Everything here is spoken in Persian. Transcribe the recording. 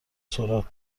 سرعت